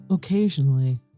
Occasionally